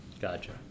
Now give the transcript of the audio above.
gotcha